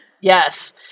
Yes